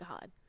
God